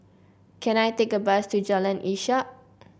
can I take a bus to Jalan Ishak